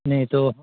नहीं तो